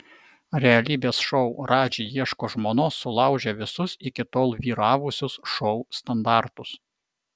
realybės šou radži ieško žmonos sulaužė visus iki tol vyravusius šou standartus